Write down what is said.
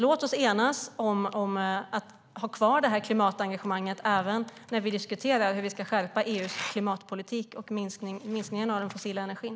Låt oss enas om att ha kvar det här klimatengagemanget även när vi diskuterar hur vi ska skärpa EU:s klimatpolitik och minskningen av den fossila energin!